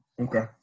Okay